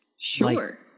Sure